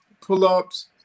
pull-ups